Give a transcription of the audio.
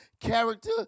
character